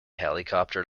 helicopter